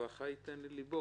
"והחי יתן אל לבו",